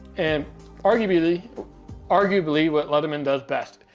and arguably arguably what leatherman does best,